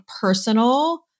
personal